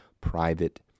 private